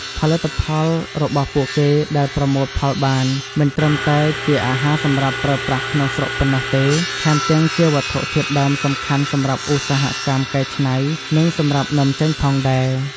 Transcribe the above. ផលិតផលរបស់ពួកគេដែលប្រមូលផលបាន មិនត្រឹមតែជាអាហារសម្រាប់ប្រើប្រាស់ក្នុងស្រុកប៉ុណ្ណោះទេ ថែមទាំងជាវត្ថុធាតុដើមសំខាន់សម្រាប់ឧស្សាហកម្មកែច្នៃ និងសម្រាប់នាំចេញផងដែរ។